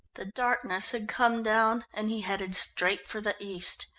the darkness had come down, and he headed straight for the east.